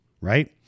right